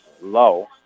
low